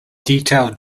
detailed